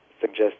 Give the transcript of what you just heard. suggest